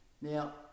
Now